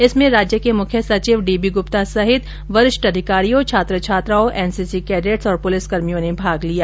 इसमें राज्य के मुख्य सचिव डी बी गूप्ता सहित वरिष्ठ अधिकारियों छात्र छात्राओं एनसीसी कैंडेट्स और पुलिसकर्मियों ने भाग लिया